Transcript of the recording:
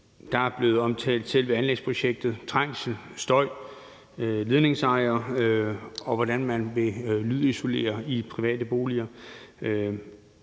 Der er blevet talt om selve anlægsprojektet, trængsel, støj og ledningsejere, og hvordan man vil lydisolere i private boliger.